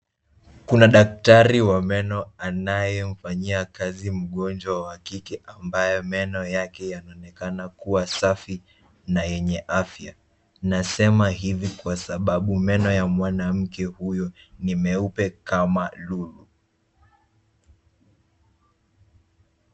Kuna daktari wa meno anayemfanyia kazi mgonjwa wa kike ambaye meno yake yanaonekana kuwa safi na yenye afya. Nasema hivi kwa sababu meno ya mwanamke huyo ni meupe kama lulu.